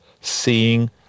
seeing